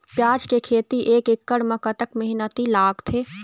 प्याज के खेती एक एकड़ म कतक मेहनती लागथे?